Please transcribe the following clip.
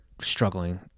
struggling